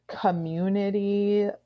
community